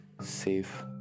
safe